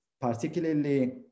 particularly